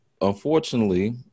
unfortunately